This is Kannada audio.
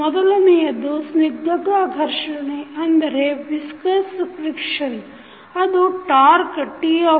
ಮೊದಲನೆಯದ್ದು ಸ್ನಿಗ್ಧತಾ ಘರ್ಷಣೆ ಅದು ಟಾರ್ಕ್TtBdθdt